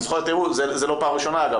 זה לא פעם ראשונה אגב,